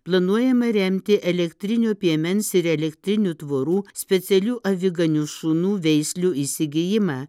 planuojama remti elektrinio piemens ir elektrinių tvorų specialių aviganių šunų veislių įsigijimą